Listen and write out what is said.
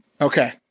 Okay